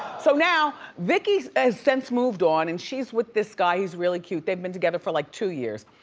so now, vicki has since moved on. and she's with this guy who's really cute. they've been together for like two years.